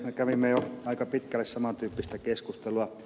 me kävimme jo aika pitkälle saman tyyppistä keskustelua ed